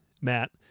Matt